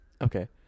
Okay